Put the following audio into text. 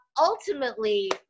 ultimately